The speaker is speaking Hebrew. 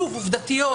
שוב עובדתית,